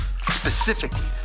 specifically